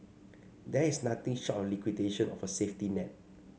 there is nothing short of liquidation of a safety net